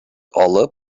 алып